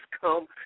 come